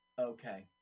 Okay